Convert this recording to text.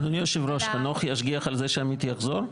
אדוני יושב הראש, חנוך ישגיח על זה שעמית יחזור?